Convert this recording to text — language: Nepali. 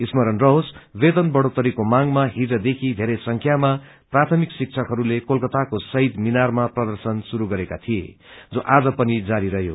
स्मरण रहोस् वेतन बढ़ोत्तरीको मांगमा हिजदेखी धेरै संख्यामा प्राथमिक शिक्षकहरूले कोलकाताको शहिद मिनारमा प्रर्दशन शुरू गरेको थिए जो आज पनि जारी रहयो